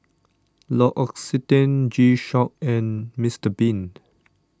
L'Occitane G Shock and Mister Bean